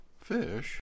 fish